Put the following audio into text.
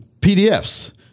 PDFs